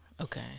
Okay